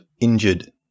injured